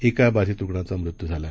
एकाबाधितरुग्णाचामृत्यूझाला